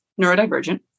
neurodivergent